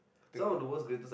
I think about